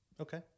Okay